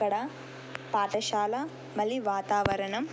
అక్కడ పాఠశాల మళ్ళీ వాతావరణం